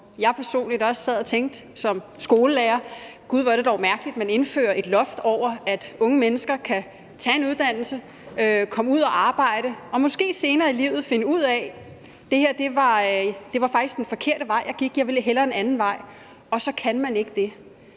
er det dog mærkeligt at indføre et loft over, at unge mennesker kan tage en uddannelse, komme ud at arbejde og måske senere i livet finde ud af, at det var den forkerte vej at gå, at man hellere ville en anden vej, og så kan man ikke det.